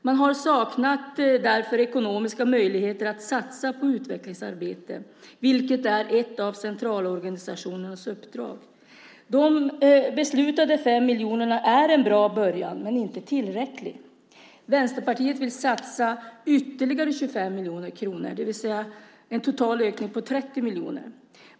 Man har därför saknat ekonomiska möjligheter att satsa på utvecklingsarbete, vilket är ett av centralorganisationernas uppdrag. De beslutade 5 miljonerna är en bra början men inte tillräckligt. Vänsterpartiet vill satsa ytterligare 25 miljoner kronor, det vill säga en total ökning på 30 miljoner.